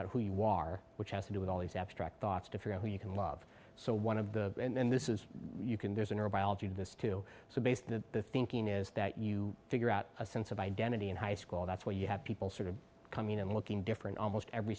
out who you are which has to do with all these abstract thoughts to figure out who you can love so one of the and then this is you can there's a neurobiology to this too so base the thinking is that you figure out a sense of identity in high school that's where you have people sort of coming in looking different almost every